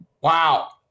Wow